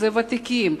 ותיקים,